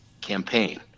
campaign